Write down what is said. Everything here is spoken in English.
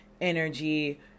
energy